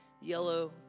yellow